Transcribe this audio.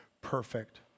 perfect